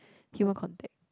human contact